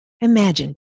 Imagine